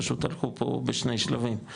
פשוט הלכו פה בשני שלבים.